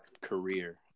career